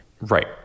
Right